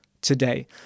today